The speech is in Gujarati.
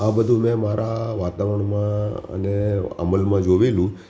આ બધું મેં મારા વાતાવરણમાં અને અમલમાં જોયેલું